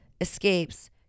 escapes